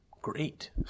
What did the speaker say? great